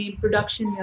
production